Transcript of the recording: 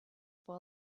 for